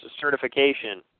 certification